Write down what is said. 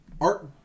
Art